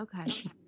Okay